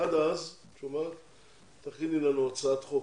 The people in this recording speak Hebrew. עד אז תכיני לנו הצעת חוק